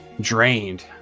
drained